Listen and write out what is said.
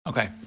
Okay